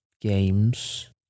games